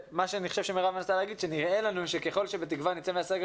מירב מנסה להגיד שנראה לנו שככל שנצא מן הסגר